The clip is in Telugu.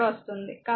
కాబట్టి v 2 0